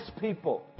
people